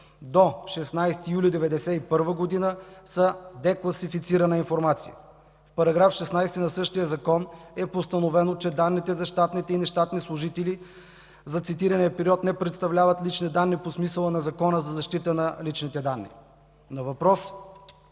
до 16 юли 1991 г. са декласифицирана информация. В § 16 на същия закон е постановено, че данните за щатните и нещатните служители за цитирания период не представляват лични данни по смисъла на Закона за защита на личните данни. На въпроса